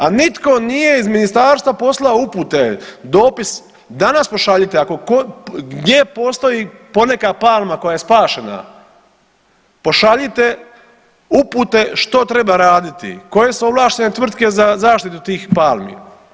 A nitko nije iz ministarstva poslao upute, dopis danas pošaljite ako gdje postoji poneka palma koja je spašena, pošaljite upute što treba raditi, koje su ovlaštene tvrtke za zaštitu tih palmi.